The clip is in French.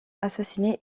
assassiné